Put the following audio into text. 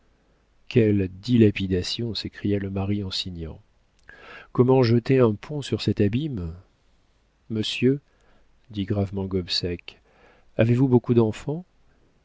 quelle dilapidation s'écria le mari en signant comment jeter un pont sur cet abîme monsieur dit gravement gobseck avez-vous beaucoup d'enfants